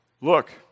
Look